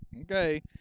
okay